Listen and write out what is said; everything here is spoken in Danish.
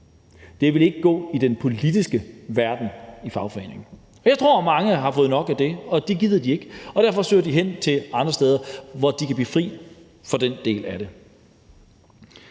Det ville ikke gå i den politiske verden i fagforeningerne. Jeg tror, mange har fået nok af det. Det gider de ikke, og derfor søger de hen til andre steder, hvor de kan blive fri for den del af det.